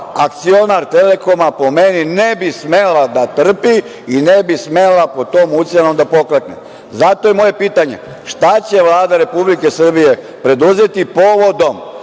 akcionar „Telekoma“, po meni ne bi smela da trpi i ne bi smela pod tom ucenom da poklekne. Zato je moje pitanje – šta će Vlada Republike Srbije preduzeti povodom